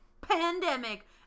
pandemic